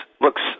looks